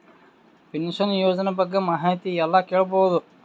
Pension ಯೋಜನ ಬಗ್ಗೆ ಮಾಹಿತಿ ಎಲ್ಲ ಕೇಳಬಹುದು?